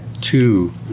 two